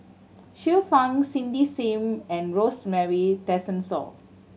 Xiu Fang Cindy Sim and Rosemary Tessensohn